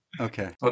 Okay